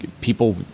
people